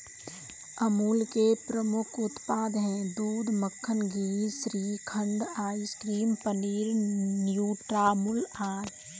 अमूल के प्रमुख उत्पाद हैं दूध, मक्खन, घी, श्रीखंड, आइसक्रीम, पनीर, न्यूट्रामुल आदि